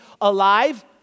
alive